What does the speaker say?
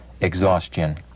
exhaustion